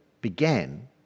began